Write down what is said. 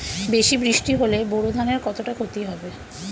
বেশি বৃষ্টি হলে বোরো ধানের কতটা খতি হবে?